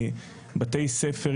בתי ספר,